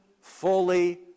fully